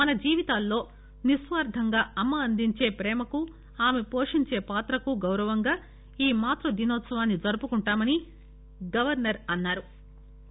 మన జీవితాల్లో నిశ్వార్ధంగా అమ్మ అందించే ప్రేమకు ఆమె వోషించే పాత్రకు గౌరవంగా ఈ మాతృదినోత్పవాన్ని జరుపుకుంటామని గవర్పర్ అన్నారు